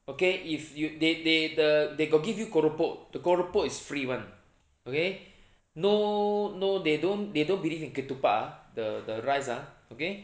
okay if you they they the they got give you keropok the keropok is free [one] okay no no they don't they don't believe in ketupat ah the the rice ah okay